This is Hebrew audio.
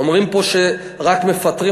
אומרים פה שרק מפטרים.